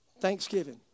Thanksgiving